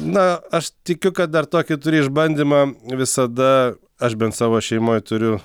na aš tikiu kad dar tokį turi išbandymą visada aš bent savo šeimoj turiu